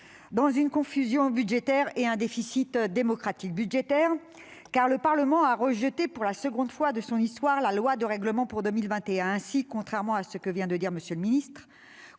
dans la confusion budgétaire et le déficit démocratique. Confusion budgétaire, car le Parlement a rejeté, pour la seconde fois de son histoire, la loi de règlement pour 2021. Ainsi, contrairement à ce que vient d'affirmer M. le ministre,